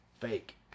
fake